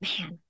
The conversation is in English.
man